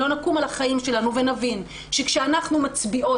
לא נקום על החיים שלנו ונבין שכשאנחנו מצביעות,